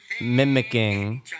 Mimicking